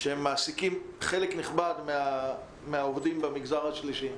שהם מעסיקים חלק נכבד מהעובדים במגזר השלישי,